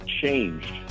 changed